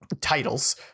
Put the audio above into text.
titles